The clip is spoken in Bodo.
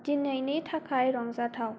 दिनैनि थाखाय रंजाथाव